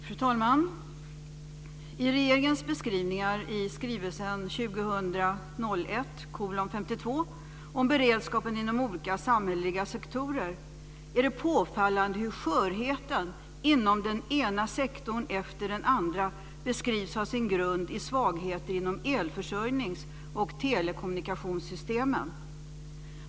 Fru talman! I regeringens beskrivningar i skrivelsen 2000/01:52 om beredskapen inom olika samhälleliga sektorer är det påfallande hur skörheten inom den ena sektorn efter den andra beskrivs ha sin grund i svagheter inom elförsörjnings och telekommunikationssystemen.